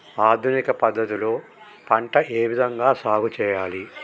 ఆధునిక పద్ధతి లో పంట ఏ విధంగా సాగు చేయాలి?